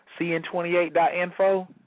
cn28.info